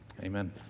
Amen